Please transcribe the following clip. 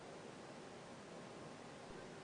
יש עוד רבנים,